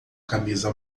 camisa